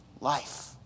life